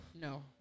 No